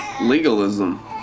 legalism